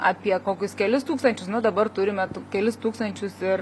apie kokius kelis tūkstančius nu dabar turime kelis tūkstančius ir